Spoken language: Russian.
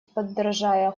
подражая